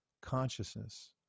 consciousness